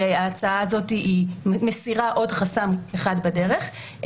וההצעה הזאת מסירה עוד חסם אחד בדרך.